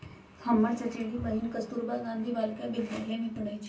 हमर चचेरी बहिन कस्तूरबा गांधी बालिका विद्यालय में पढ़इ छइ